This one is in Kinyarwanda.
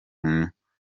myambarire